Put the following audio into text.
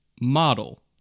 model